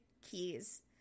keys